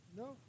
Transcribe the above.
no